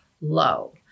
low